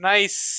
Nice